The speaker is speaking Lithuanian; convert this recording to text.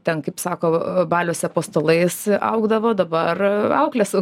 ten kaip sako baliuose po stalais augdavo dabar auklės